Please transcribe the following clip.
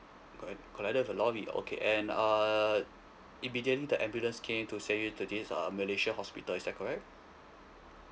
co~ collided with a lorry okay and err immediately the ambulance came to send you to this uh malaysia hospital is that correct